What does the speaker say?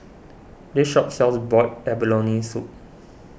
this shop sells Boiled Abalone Soup